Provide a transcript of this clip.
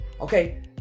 Okay